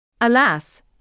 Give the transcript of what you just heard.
Alas